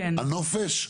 הנופש?